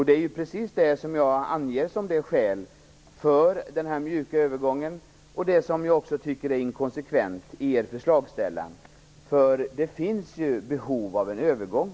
Det är precis det som jag anger som skäl för den mjuka övergången och det som jag tycker är inkonsekvent i er förslagsställan. Det finns ju behov av en övergång.